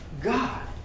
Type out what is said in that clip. God